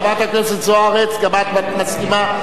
חברת הכנסת זוארץ, גם את מסכימה.